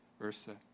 versa